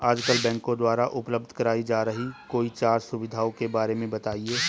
आजकल बैंकों द्वारा उपलब्ध कराई जा रही कोई चार सुविधाओं के बारे में बताइए?